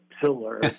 pillar